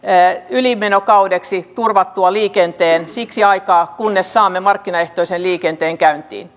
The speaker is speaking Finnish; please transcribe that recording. ylimenokaudeksi turvattua liikenteen siksi aikaa kunnes saamme markkinaehtoisen liikenteen käyntiin